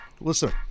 Listen